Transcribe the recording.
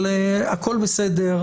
אבל, הכול בסדר.